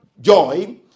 joy